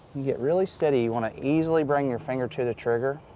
get really steady. you want to easily bring your finger to the trigger.